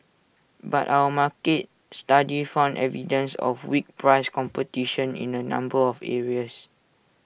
but our market study found evidence of weak price competition in A number of areas